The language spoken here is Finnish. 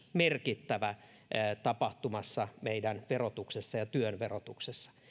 merkittävä muutos tapahtumassa meidän verotuksessamme ja työn verotuksessa